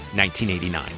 1989